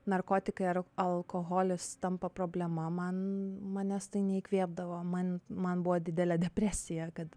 narkotikai ar alkoholis tampa problema man manęs tai neįkvėpdavo man man buvo didelė depresija kad